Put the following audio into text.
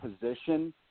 position